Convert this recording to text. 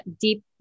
deep